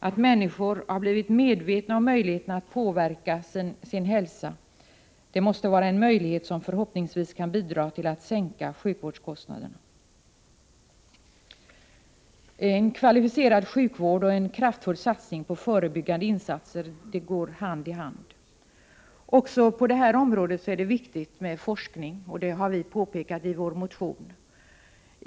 Att människor har blivit medvetna om möjligheterna att påverka sin hälsa måste vara ett förhållande som förhoppningsvis kan bidra till att sänka sjukvårdskostnaderna. En kvalificerad sjukvård och en kraftfull satsning på förebyggande insatser går hand i hand. Också på det här området är det viktigt med forskning, och det har vi påpekat i vår motion.